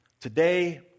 Today